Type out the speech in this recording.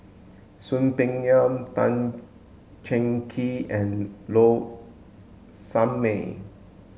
Soon Peng Yam Tan Cheng Kee and Low Sanmay